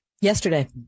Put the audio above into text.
Yesterday